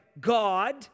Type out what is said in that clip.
God